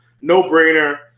no-brainer